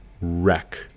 wreck